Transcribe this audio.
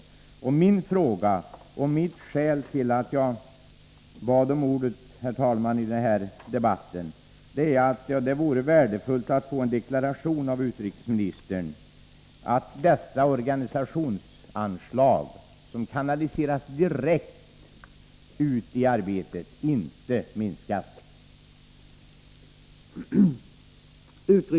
Skälet till min fråga och till att jag begärde ordet i denna debatt är att det vore värdefullt att få en deklaration av utrikesministern att det speciella organisationsanslaget, som kanaliseras direkt ut i biståndsarbetet, inte kommer att minska.